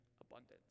abundance